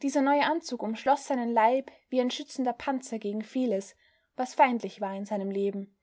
dieser neue anzug umschloß seinen leib wie ein schützender panzer gegen vieles was feindlich war in seinem leben